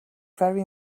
very